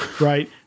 right